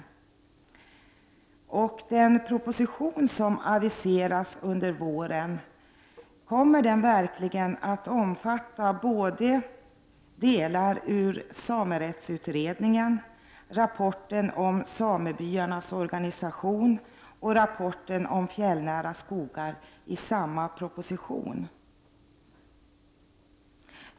Kommer verkligen den proposition som aviseras under våren att omfatta delar ur samerättsutredningen, rapporten om samebyarnas organisation och rapporten om fjällnära skogar?